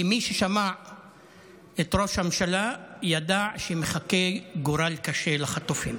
כי מי ששמע את ראש הממשלה ידע שמחכה גורל קשה לחטופים.